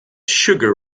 sugar